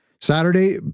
Saturday